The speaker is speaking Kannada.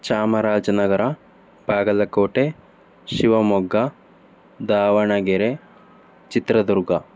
ಚಾಮರಾಜನಗರ ಬಾಗಲಕೋಟೆ ಶಿವಮೊಗ್ಗ ದಾವಣಗೆರೆ ಚಿತ್ರದುರ್ಗ